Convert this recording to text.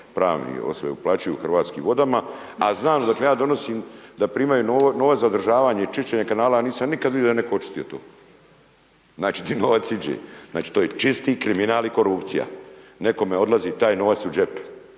pravne osobe plaćaju Hrvatskim vodama a znam odakle ja dolazim, da primaju novac za održavanje i čišćenje kanala, ja nisam nikad vidio da je netko očistio to. Znači gdje novac ide? Znači to je čisti kriminal i korupcija. Nekome odlazi taj novac u džep.